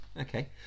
okay